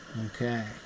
Okay